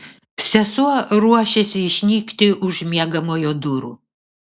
sesuo ruošėsi išnykti už miegamojo durų